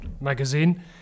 Magazine